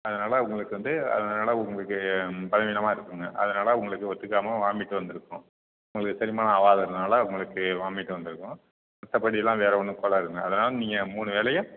அதனால் உங்களுக்கு வந்து அதனால் உங்களுக்கு ம் பலவீனமாக இருக்குங்க அதனால் உங்களுக்கு ஒத்துக்காமல் வாமிட் வந்துருக்கும் உங்களுக்கு செரிமானம் ஆவாததுனால உங்களுக்கு வாமிட் வந்துருக்கும் மற்றப்படிலாம் வேறு ஒன்றும் கோளாறு இல்லைங்க அதனால் நீங்கள் மூணு வேளையும்